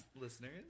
Listeners